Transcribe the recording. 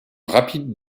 rapide